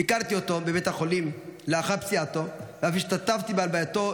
ביקרתי אותו בבית החולים לאחר פציעתו ואף השתתפתי בהלווייתו,